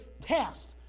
test